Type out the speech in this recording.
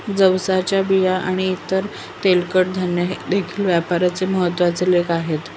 जवसाच्या बिया आणि इतर तेलकट धान्ये हे देखील व्यापाराचे महत्त्वाचे लेख आहेत